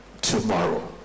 tomorrow